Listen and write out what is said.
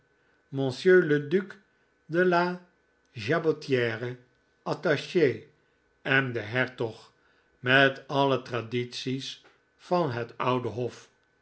jabotiere's attache en de hertog met alle tradities van het oude hof